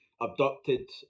Abducted